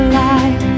light